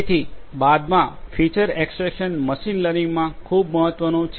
તેથી બાદમાં feature extraction machine લર્નિંગમાં ખૂબ મહત્વનું છે